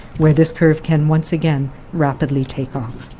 where this curve can once again rapidly take off.